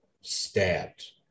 stabbed